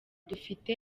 dufite